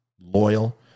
loyal